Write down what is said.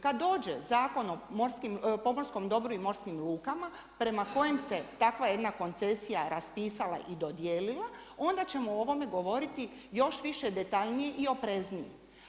Kada dođe Zakon o pomorskom dobru i morskim lukama, prema kojem se takva jedna koncesija raspisala i dodijelila onda ćemo o ovome govoriti još više detaljnije i opreznije.